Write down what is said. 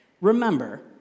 Remember